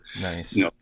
Nice